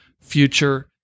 future